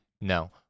No